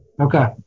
Okay